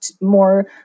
more